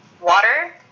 water